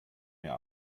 mir